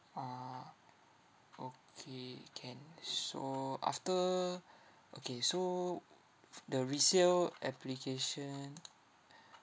ah okay can so after okay so f~ the resale application